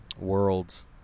worlds